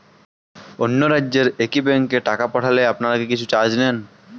অন্য রাজ্যের একি ব্যাংক এ টাকা পাঠালে আপনারা কী কিছু চার্জ নেন?